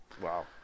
Wow